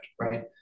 right